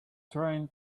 trying